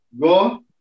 go